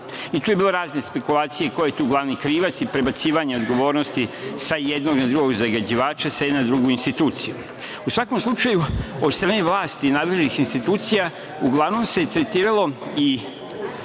Tu je bilo razne špekulacije ko je tu glavni krivac i prebacivanje odgovornosti sa jednog na drugog zagađivača, sa jedne na drugu instituciju.U svakom slučaju, od strane vlasti i nadležnih institucija uglavnom se tretiralo i